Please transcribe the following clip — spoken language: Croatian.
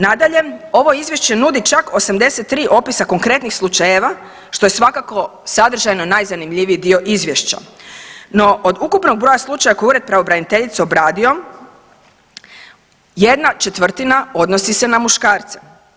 Nadalje, ovo izvješće nudi čak 83 opisa konkretnih slučajeva što je svakako sadržajno najzanimljiviji dio izvješća, no od ukupnog broja slučaja koji je Ured pravobraniteljice obradio jedna četvrtina odnosi se na muškarce.